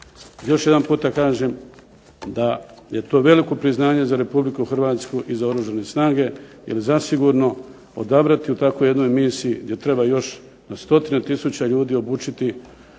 Još jedan puta kažem da je to veliko priznanje za RH i za Oružane snage jer zasigurno odabrati u takvoj jednoj misiji gdje treba još na stotine tisuća ljudi obučiti da